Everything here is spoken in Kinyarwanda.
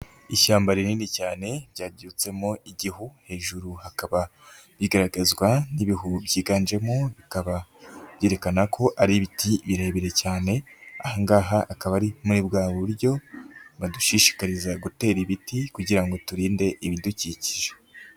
Ishyamba rinini cyane ryabyutsemo igihu, hejuru hakaba rigaragazwa n'ibihu byiganjemo bikaba byerekana ko ari ibiti birebire cyane, ahangaha akaba ari muri bwa buryo badushishikariza gutera ibiti kugira ngo turinde ibidukikije.